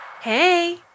Hey